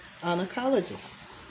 oncologist